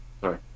Sorry